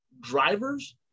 drivers